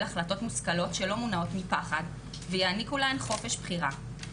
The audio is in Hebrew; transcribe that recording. החלטות מושכלות שלא מונעות מפחד ויעניקו להן חופש בחירה.